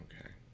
Okay